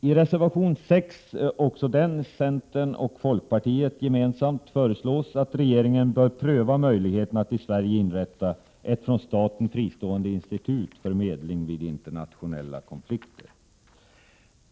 I reservation nr 6, också den från centern och folkpartiet, föreslås att regeringen skall pröva möjligheten att i Sverige inrätta ett från staten fristående institut för medling vid internationella konflikter.